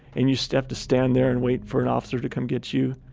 and you so have to stand there and wait for an officer to come get you.